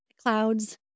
clouds